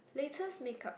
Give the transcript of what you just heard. latest makeup